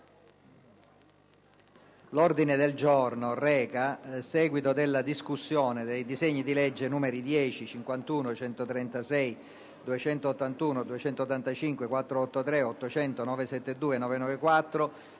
L'ordine del giorno reca il seguito della discussione dei disegni di legge nn. 10, 51, 136, 281, 285, 483, 800, 972, 994,